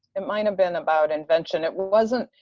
it might have been about invention it wasn't,